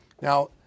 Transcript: Now